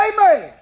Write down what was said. Amen